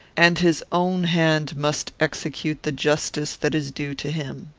and his own hand must execute the justice that is due to him.